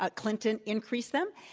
ah clinton increased them.